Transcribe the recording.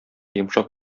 йомшак